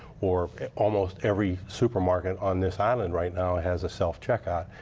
or almost every supermarket on this island right now has a self-checkout.